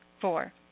Four